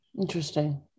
Interesting